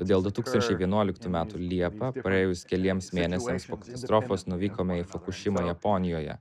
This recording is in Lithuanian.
todėl du tūkstančiai vienuoliktų metų liepą praėjus keliems mėnesiams po katastrofos nuvykome į fukušimą japonijoje